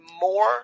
more